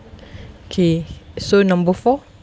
okay so number four